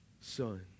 son